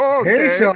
okay